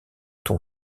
ton